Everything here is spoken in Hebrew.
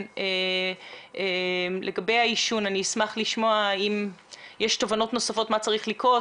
אני אשמח לשמוע אם יש תובנות נוספות לגבי מה שריך לקרות,